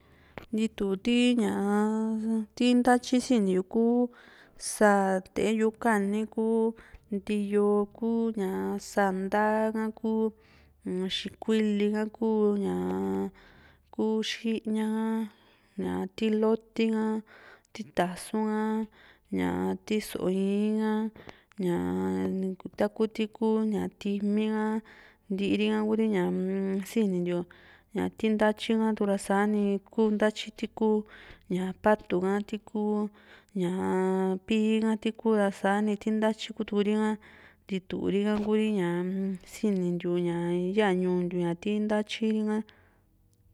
ntitu ti ñaa ti ntatyi si´ni yu kuu sáa te´e yu kani, kuu ntíoo ku, sáa ntaa ha, kuu mxikuili ha, ku ñaa, ku xiña ka, ña ti loti ka, ti tasu´nka, ñaa ti so´o iin ka, ñaa taku ti ku ña ti´ími ka, ntiiri ka Kuri ñaa-m sinintiu ña ti ntatyi ka ra sa´ni kuu ntatyi ti kuu ñaa patu ka, ti ku ñaa pí´i ha tiku ra sani ti ntatyi kuri´a ntituri ha Kuri ñaa-m sinintiu ña yaa ñuu ntiu ña ti ntatyi ri´ha.